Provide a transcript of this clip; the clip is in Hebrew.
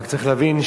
רק צריך להבין,